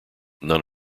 none